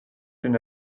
than